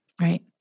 right